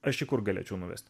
aš juk kur galėčiau nuvesti